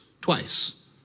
twice